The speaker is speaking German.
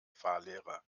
fahrlehrer